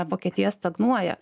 vokietija stagnuoja